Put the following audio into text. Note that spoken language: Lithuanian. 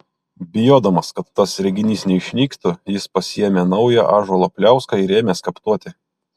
bijodamas kad tas reginys neišnyktų jis pasiėmė naują ąžuolo pliauską ir ėmė skaptuoti